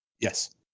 Yes